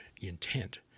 intent